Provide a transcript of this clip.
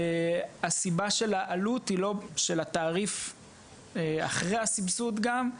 הסיבה של התעריף אחרי הסבסוד גם,